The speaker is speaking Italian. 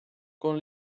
con